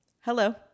Hello